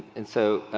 and so,